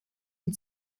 und